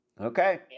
okay